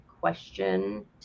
question